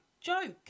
Joke